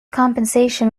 compensation